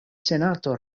senato